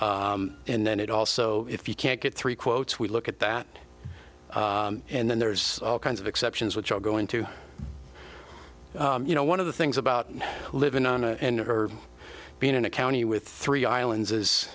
and then it also if you can't get three quotes we look at that and then there's all kinds of exceptions which i'll go into you know one of the things about living on a and or being in a county with three islands is